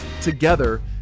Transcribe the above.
together